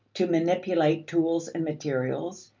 to manipulate tools and materials,